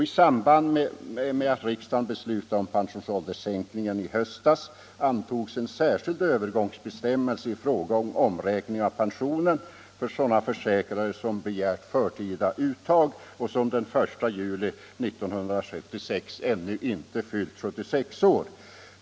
I samband med att riksdagen i höstas beslutade om pensionsålderssänkningen antogs en särskild övergångsbestämmelse rörande omräkning av pension för sådana försäkrade som begärt förtidsuttag och som den 1 juli 1966 ännu inte fyllt 61 år.